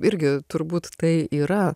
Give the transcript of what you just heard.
irgi turbūt tai yra